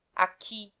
aqui,